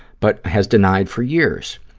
but has denied for years.